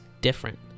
different